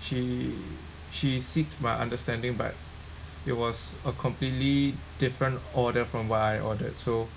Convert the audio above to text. she she seek my understanding but it was a completely different order from what I ordered so